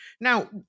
Now